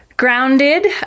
Grounded